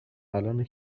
الانه